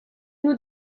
nous